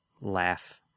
laugh